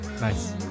Nice